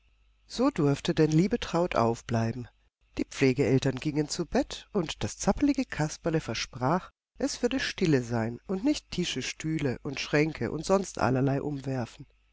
so durfte denn liebetraut aufbleiben die pflegeeltern gingen zu bett und das zappelige kasperle versprach es würde stille sein und nicht tische stühle und schränke und sonst allerlei umwerfen